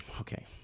okay